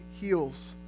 heals